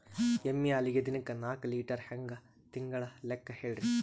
ಎಮ್ಮಿ ಹಾಲಿಗಿ ದಿನಕ್ಕ ನಾಕ ಲೀಟರ್ ಹಂಗ ತಿಂಗಳ ಲೆಕ್ಕ ಹೇಳ್ರಿ?